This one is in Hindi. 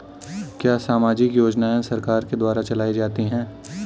क्या सामाजिक योजनाएँ सरकार के द्वारा चलाई जाती हैं?